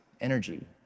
energy